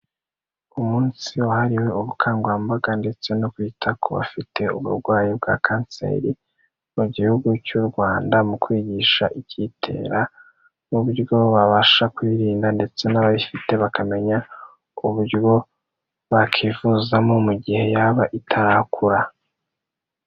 Umunsi wahariwe ubukangurambaga ndetse no kwita ku bafite uburwayi bwa Kanseri mu gihugu cy'u Rwanda mu kwigisha ikiyitera n'uburyo wabasha kuyirinda ndetse n'abayifite bakamenya uburyo bakivuzamo mu gihe yaba itarakura.